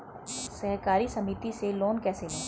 सहकारी समिति से लोन कैसे लें?